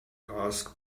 asked